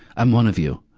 i'm one of you.